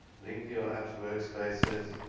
link to your app's work spaces,